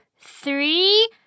three